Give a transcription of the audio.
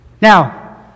Now